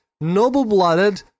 noble-blooded